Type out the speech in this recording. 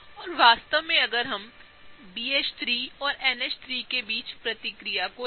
और वास्तव में हम BH3और NH3 केबीच प्रतिक्रिया लिखें